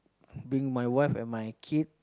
bring my wife and my kid